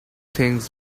things